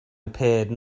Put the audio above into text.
appeared